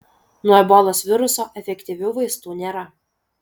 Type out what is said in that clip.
nuo ebolos viruso efektyvių vaistų nėra